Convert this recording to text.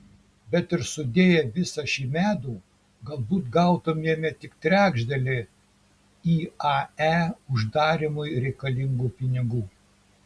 bet ir sudėję visą šį medų galbūt gautumėme tik trečdalį iae uždarymui reikalingų pinigų